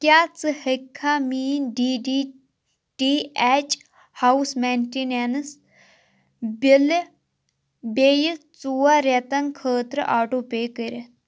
کیٛاہ ژٕ ہیٚکِکھا میٛٲنۍ D D T H house maintenance بِلہِ بیٚیہِ ژور رٮ۪تن خٲطرٕ آٹوٗ پے کٔرِتھ